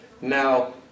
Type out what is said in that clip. Now